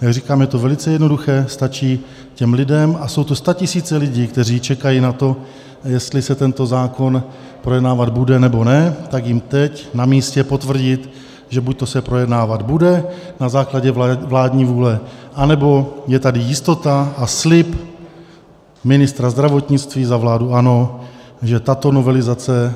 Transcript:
Jak říkám, je to velice jednoduché, stačí těm lidem, a jsou to statisíce lidí, kteří čekají na to, jestli se tento zákon projednávat bude, nebo ne, tak jim teď namístě potvrdit, že buďto se projednávat bude na základě vládní vůle, anebo je tady jistota a slib ministra zdravotnictví za vládu ANO , že tato novelizace